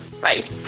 Bye